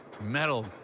metal